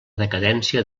decadència